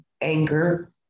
anger